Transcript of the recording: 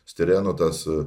stireno tas